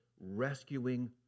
rescuing